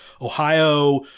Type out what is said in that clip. Ohio